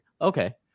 Okay